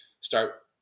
start